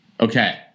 Okay